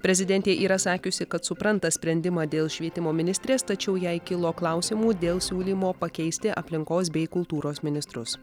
prezidentė yra sakiusi kad supranta sprendimą dėl švietimo ministrės tačiau jai kilo klausimų dėl siūlymo pakeisti aplinkos bei kultūros ministrus